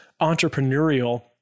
entrepreneurial